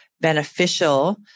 beneficial